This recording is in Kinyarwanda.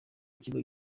ikigo